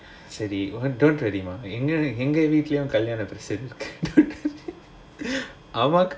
சரி உனக்கு தெரியுமா:sari unakku theriyumaa எங்க வீட்ல கல்யாணம் நடக்குது:enga veetla kalyanam nadakuthu